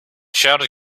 shouted